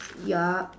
yup